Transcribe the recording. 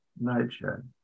nature